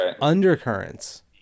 undercurrents